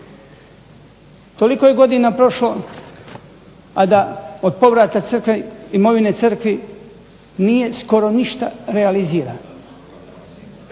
Toliko je godina prošlo a da od povrata imovine crkvi nije skoro ništa realizirano.